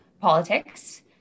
politics